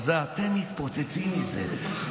אבל אתם מתפוצצים מזה.